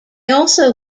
also